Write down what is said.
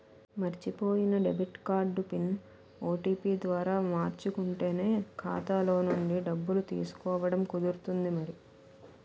మర్చిపోయిన debit card PIN, OTP ద్వారా మార్చుకుంటేనే ఖాతాలో నుండి డబ్బులు తీసుకోవడం కుదురుతుంది మరి